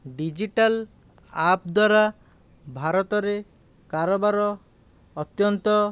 digital app ଦ୍ଵାରା ଭାରତରେ କାରବାର ଅତ୍ୟନ୍ତ